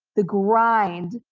the grind.